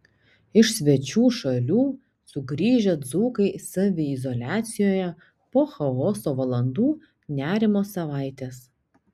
iš svečių šalių sugrįžę dzūkai saviizoliacijoje po chaoso valandų nerimo savaitės